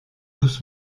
tous